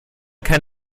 kann